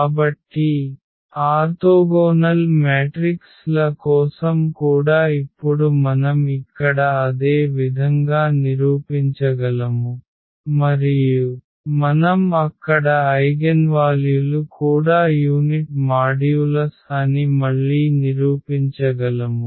కాబట్టి orthogonal matrix ల కోసం కూడా ఇప్పుడు మనం ఇక్కడ అదే విధంగా నిరూపించగలము మరియు మనం అక్కడ ఐగెన్వాల్యులు కూడా యూనిట్ మాడ్యూలస్ అని మళ్ళీ నిరూపించగలము